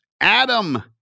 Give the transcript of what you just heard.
Adam